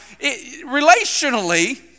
Relationally